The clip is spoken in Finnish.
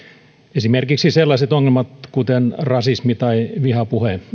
esimerkiksi sellaiset ongelmat kuten rasismi tai vihapuhe